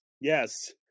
Yes